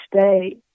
stay